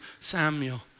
Samuel